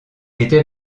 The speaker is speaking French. était